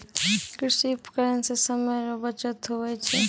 कृषि उपकरण से समय रो बचत हुवै छै